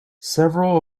several